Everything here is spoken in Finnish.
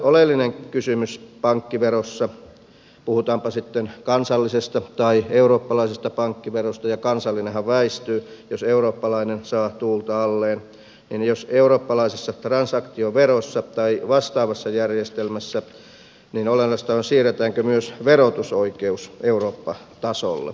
oleellinen kysymys puhutaanpa sitten kansallisesta tai eurooppalaisesta pankkiverosta ja kansallinenhan väistyy jos eurooppalainen saa tuulta alleen eurooppalaisessa transaktioverossa tai vastaavassa järjestelmässä on siirretäänkö myös verotusoikeus eurooppa tasolle